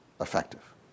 effective